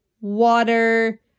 water